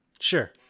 sure